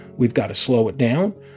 we've got to slow it down.